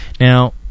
Now